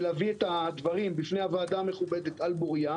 ולהביא את הדברים בפני הוועדה המכובדת על בוריים.